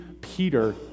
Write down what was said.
Peter